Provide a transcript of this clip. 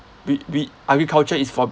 we we agriculture is for